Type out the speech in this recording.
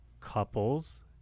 couples